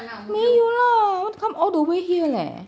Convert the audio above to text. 没有 lah come all the way here leh